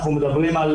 אנחנו מדברים על